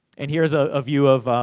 and here's a view of